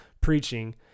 preaching